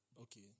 okay